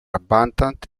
abundant